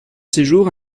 séjour